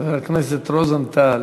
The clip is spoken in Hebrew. חבר הכנסת רוזנטל